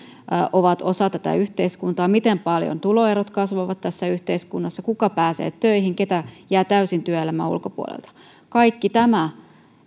ovat osa tätä yhteiskuntaa miten paljon tuloerot kasvavat tässä yhteiskunnassa kuka pääsee töihin kuka jää täysin työelämän ulkopuolelle kaikki tämä